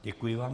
Děkuji vám.